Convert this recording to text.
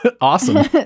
Awesome